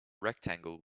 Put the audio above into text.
rectangle